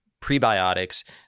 prebiotics